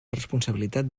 responsabilitat